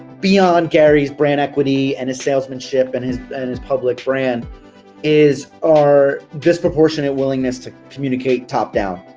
beyond gary's brand equity and a salesmanship and his and his public brand is our disproportionate willingness to communicate top-down.